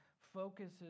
focuses